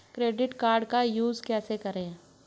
Credit card का use कैसे करें?